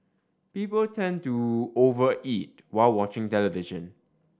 people tend to over eat while watching television